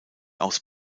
aus